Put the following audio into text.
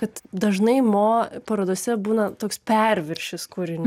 kad dažnai mo parodose būna toks perviršis kūrinių